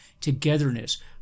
togetherness